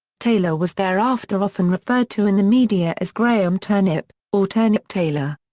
taylor was thereafter often referred to in the media as graham turnip or turnip taylor.